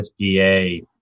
SBA